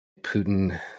Putin